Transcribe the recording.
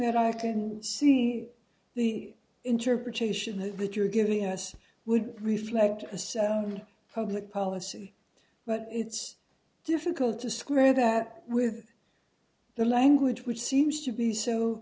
that i can see the interpretation that you're giving us would reflect a sound public policy but it's difficult to square that with the language which seems to be so